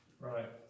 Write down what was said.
Right